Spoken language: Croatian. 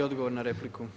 I odgovor na repliku.